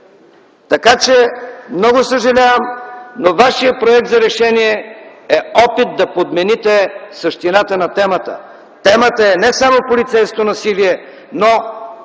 Така че, много съжалявам, но вашият проект за решение е опит да подмените същината на темата. Темата е не само полицейското насилие -